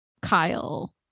kyle